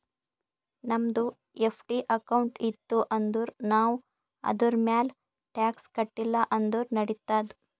ನಮ್ದು FD account ಇತ್ತು ಅಂದುರ್ ನಾವ್ ಅದುರ್ಮ್ಯಾಲ್ ಟ್ಯಾಕ್ಸ್ ಕಟ್ಟಿಲ ಅಂದುರ್ ನಡಿತ್ತಾದ್